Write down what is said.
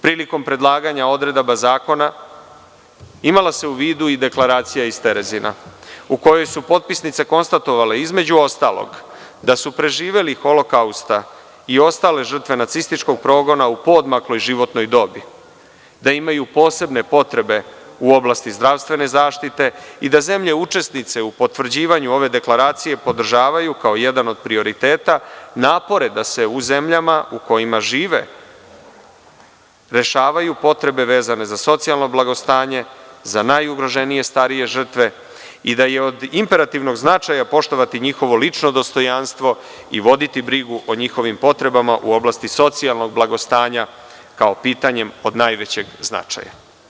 Prilikom predlaganja odredaba zakona, imala se u vidu i Deklaracija iz Terezina, u kojoj su potpisnice konstatovale, između ostalog, da su preživeli Holokausta i ostale žrtve nacističkog progona u poodmakloj životnoj dobi, da imaju posebne potrebe u oblasti zdravstvene zaštite i da zemlje učesnice u potvrđivanju ove Deklaracije podržavaju kao jedan od prioriteta napore da se u zemljama u kojima žive rešavaju potrebe vezane za socijalno blagostanje za najugroženije starije žrtve i da je od imperativnog značaja poštovati njihovo lično dostojanstvo i voditi brigu o njihovim potrebama u oblasti socijalnog blagostanja kao pitanjem od najvećeg značaja.